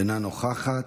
אינה נוכחת.